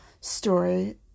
story